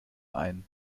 ein